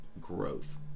growth